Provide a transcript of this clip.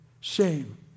shame